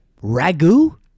Ragu